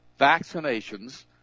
vaccinations